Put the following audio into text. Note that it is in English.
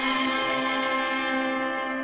and